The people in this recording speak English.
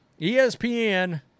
ESPN